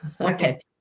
Okay